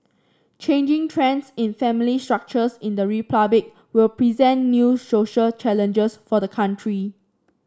changing trends in family structures in the Republic will present new social challenges for the country